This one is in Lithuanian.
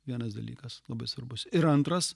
vienas dalykas labai svarbus ir antras